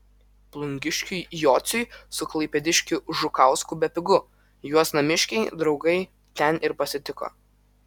plungiškiui jociui su klaipėdiškiu žukausku bepigu juos namiškiai draugai ten ir pasitiko